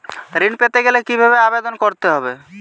ঋণ পেতে গেলে কিভাবে আবেদন করতে হবে?